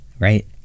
Right